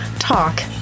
talk